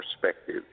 perspective